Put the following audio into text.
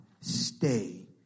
stay